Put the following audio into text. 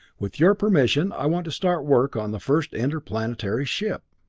with your permission, i want to start work on the first interplanetary ship.